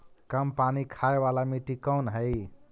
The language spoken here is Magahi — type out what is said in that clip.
कम पानी खाय वाला मिट्टी कौन हइ?